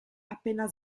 appena